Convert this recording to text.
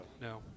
No